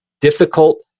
difficult